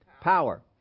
Power